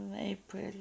April